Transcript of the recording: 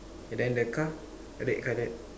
k then the car red colored